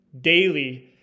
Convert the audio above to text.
daily